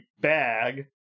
bag